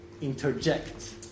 interject